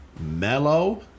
mellow